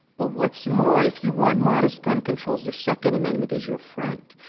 but what's more, if you want modest gun controls, the second amendment is your friend.